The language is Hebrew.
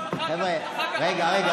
חבר הכנסת דוידסון.